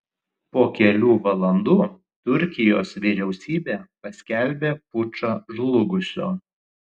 po kelių valandų turkijos vyriausybė paskelbė pučą žlugusiu